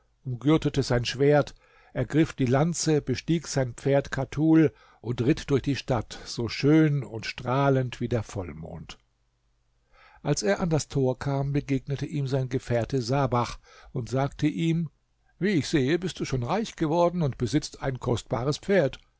umgürtete sein schwert ergriff die lanze bestieg sein pferd katul und ritt durch die stadt so schön und strahlend wie der vollmond als er an das tor kam begegnete ihm sein gefährte sabach und sagte ihm wie ich sehe bist du schon reich geworden und besitzt ein kostbares pferd